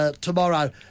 Tomorrow